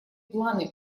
планы